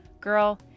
Girl